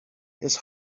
his